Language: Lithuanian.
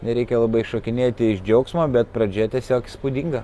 nereikia labai šokinėti iš džiaugsmo bet pradžia tiesiog įspūdinga